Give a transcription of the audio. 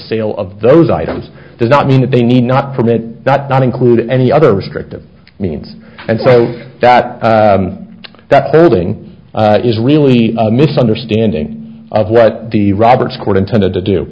sale of those items does not mean that they need not permit not include any other restrictive means and so that that serving is really a misunderstanding of what the roberts court intended to do